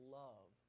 love